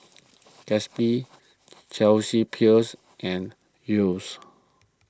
Gatsby Chelsea Peers and Yeo's